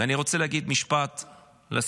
אני רוצה להגיד משפט לסיום,